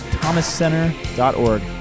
thomascenter.org